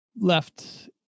left